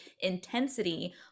intensity